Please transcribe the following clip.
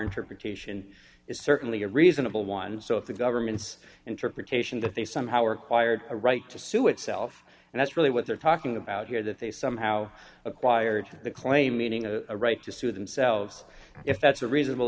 interpretation is certainly a reasonable one so if the government's interpretation that they somehow required a right to sue itself and that's really what they're talking about here that they somehow acquired the claim meaning a right to sue themselves if that's a reasonable